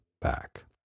back